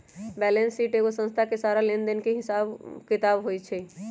balance sheet एगो संस्था के सारा लेन देन के हिसाब किताब होई छई